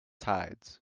tides